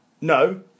no